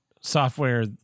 software